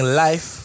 life